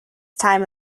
time